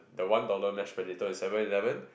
the one dollar mash potato in Seven Eleven